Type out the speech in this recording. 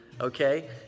okay